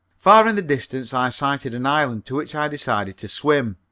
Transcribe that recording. far in the distance i sighted an island, to which i decided to swim.